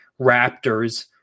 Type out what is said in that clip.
Raptors